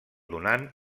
donant